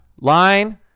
line